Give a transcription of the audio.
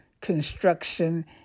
construction